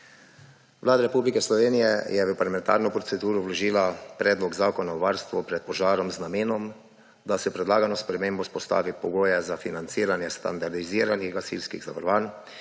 Vlada Republike Slovenije je v parlamentarno proceduro vložila Predlog zakona o spremembi Zakona o varstvu pred požarom z namenom, da se s predlagano spremembo vzpostavi pogoje za financiranje standardiziranih gasilskih zavarovanj